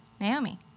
Naomi